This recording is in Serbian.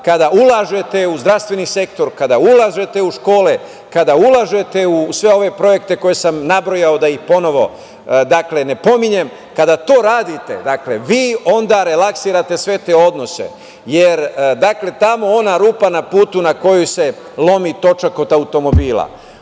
kada ulažete u zdravstveni sektor, kada ulažete u škole, kada ulažete u sve ove projekte koje sam nabrojao da ih ponovo ne pominjem, kada to radite, vi onda relaksirate sve te odnose, jer tamo ona rupa na putu na kojoj se lomi točak od automobila,